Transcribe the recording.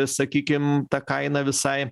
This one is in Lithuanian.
sakykim ta kaina visai